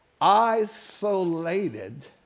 isolated